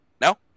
No